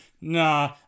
Nah